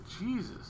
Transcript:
Jesus